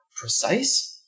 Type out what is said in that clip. precise